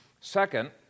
Second